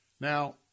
Now